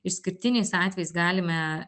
išskirtiniais atvejais galime